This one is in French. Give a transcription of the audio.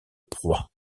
proie